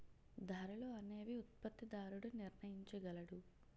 ధరలు అనేవి ఉత్పత్తిదారుడు నిర్ణయించగలడు